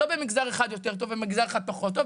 לא במגזר אחד יותר טוב ובמגזר אחד פחות טוב,